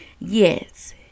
Yes